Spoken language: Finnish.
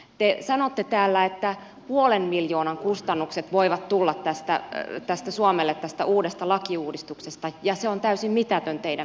te sanotte täällä että puolen miljoonan kustannukset voivat tulla tästä uudesta lakiuudistuksesta suomelle ja se on täysin mitätön teidän mielestänne